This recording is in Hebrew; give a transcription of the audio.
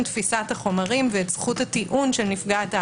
תפיסת החומרים ואת זכות הטיעון של נפגעת העבירה.